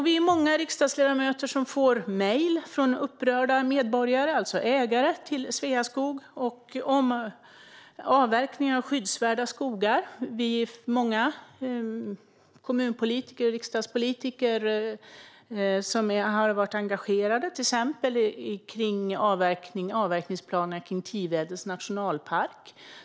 Vi är många riksdagsledamöter som får mejl från upprörda medborgare, alltså ägare till Sveaskog, om avverkningar av skyddsvärda skogar. Vi är många kommunpolitiker och riksdagspolitiker som har varit engagerade till exempel i avverkningsplanerna kring Tivedens nationalpark.